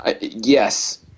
Yes